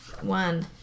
one